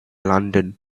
london